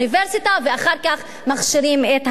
ואחר כך מכשירים את האוניברסיטה,